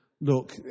Look